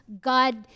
God